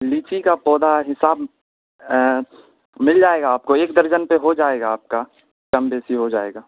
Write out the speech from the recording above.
لییچی کا پودا حساب مل جائے گا آپ کو ایک درجن پہ ہو جائے گا آپ کا کم بیشی ہو جائے گا